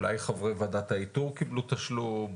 אולי חברי ועדת האיתור קיבלו תשלום,